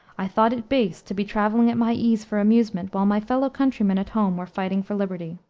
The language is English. i thought it base to be traveling at my ease for amusement, while my fellow-countrymen at home were fighting for liberty.